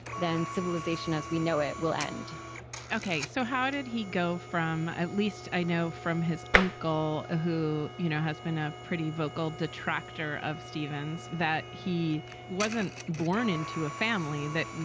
then civilization as we know it will end ok, so how did he go from at least i know from his uncle, who you know has been a pretty vocal detractor of stevens, that he wasn't born into a family that,